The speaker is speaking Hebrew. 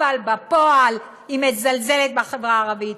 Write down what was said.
אבל בפועל היא מזלזלת בחברה הערבית,